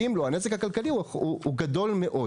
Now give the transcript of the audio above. אם לא הנזק הכלכלי הוא גדול מאוד,